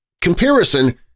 Comparison